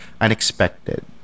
unexpected